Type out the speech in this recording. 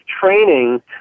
training